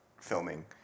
filming